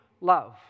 love